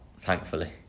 Thankfully